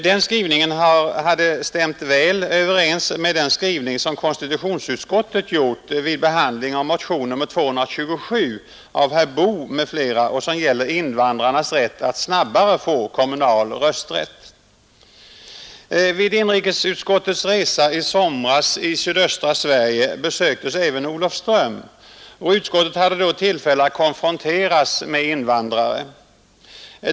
Den skrivningen hade stämt väl överens med den skrivning som Vid inrikesutskottets resa i somras i sydöstra Sverige besöktes även Olofström, och utskottet hade då tillfälle att konfronteras med invandrare.